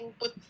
put